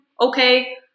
Okay